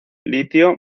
litio